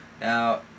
Now